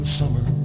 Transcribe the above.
summer